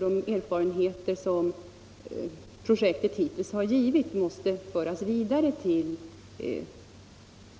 De erfarenheter som projektet hittills givit måste föras vidare till